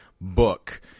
book